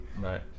Right